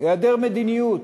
היעדר מדיניות.